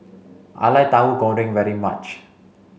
I like Tauhu Goreng very much